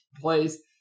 place